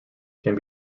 can